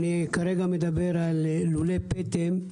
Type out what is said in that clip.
אני כרגע מדבר על לולי פטם,